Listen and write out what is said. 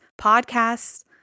podcasts